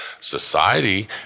Society